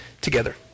together